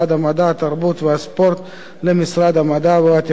התרבות והספורט למשרד המדע והטכנולוגיה,